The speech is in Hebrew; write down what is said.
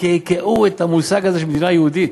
שקעקעו את המושג הזה של מדינה יהודית.